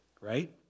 right